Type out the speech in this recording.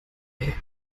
ähnlich